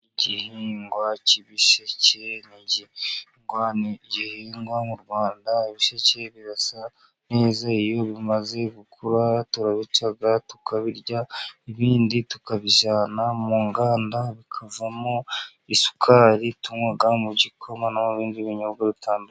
Igihingwa cy'ibisheke ni igihingwa gihingwa mu Rwanda, ibisheke birasa neza, iyo bimaze gukura turabica tukabirya, ibindi tukabijyana mu nganda bikavamo isukari tunywa mu gikoma no mu bindi binyobwa bitandukanye.